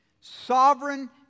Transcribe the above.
sovereign